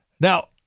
Now